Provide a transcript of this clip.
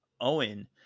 Owen